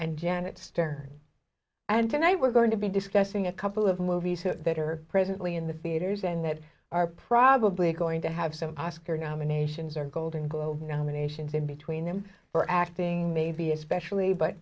and janet stor and tonight we're going to be discussing a couple of movies that are presently in the theaters and that are probably going to have some oscar nominations or golden globe nominations in between them for acting maybe especially but